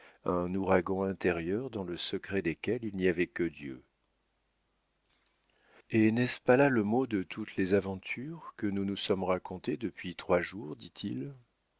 un ouragan intérieur dans le secret desquels il n'y avait que dieu eh n'est-ce pas là le mot de toutes les aventures que nous nous sommes racontées depuis trois jours dit-il